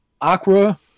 Aqua